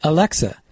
Alexa